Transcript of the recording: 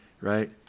right